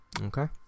Okay